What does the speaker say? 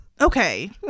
Okay